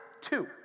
two